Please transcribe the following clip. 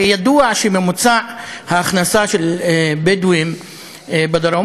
הרי ידוע שממוצע ההכנסה של בדואים בדרום